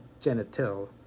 genital